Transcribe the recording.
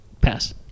pass